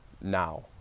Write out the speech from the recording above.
Now